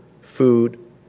food